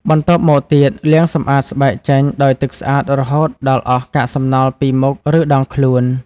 បន្ទាប់មកទៀត លាងសម្អាតស្បែកចេញដោយទឹកស្អាតរហូតដល់អស់កាកសំណល់ពីមុខ ឬដងខ្លួន។